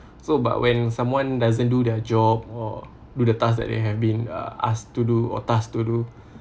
so but when someone doesn't do their job or do the task that they have been uh asked to do or tasked to do